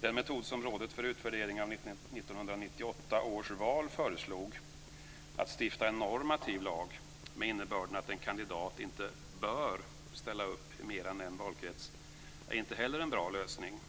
Den metod som Rådet för utvärdering av 1998 års val föreslog - att stifta en normativ lag med innebörden att en kandidat inte bör ställa upp i mer än en valkrets - är inte heller en bra lösning.